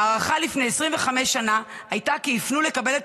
ההערכה לפני 25 שנה הייתה כי יפנו לקבל את